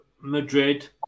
Madrid